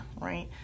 right